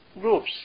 groups